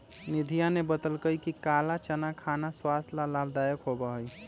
निधिया ने बतल कई कि काला चना खाना स्वास्थ्य ला लाभदायक होबा हई